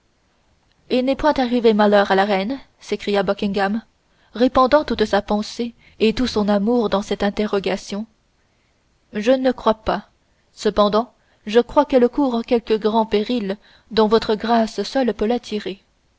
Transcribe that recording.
il n'est point arrivé malheur à la reine s'écria buckingham répandant toute sa pensée et tout son amour dans cette interrogation je ne crois pas cependant je crois qu'elle court quelque grand péril dont votre grâce seule peut la tirer